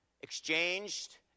Exchanged